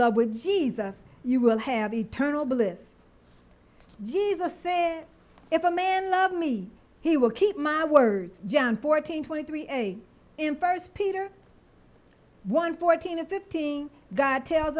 love with jesus you will have eternal bliss jesus said if a man love me he will keep my words john fourteen point three eight in first peter one fourteen fifteen god tells